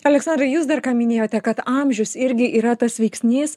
aleksandrai jūs dar ką minėjote kad amžius irgi yra tas veiksnys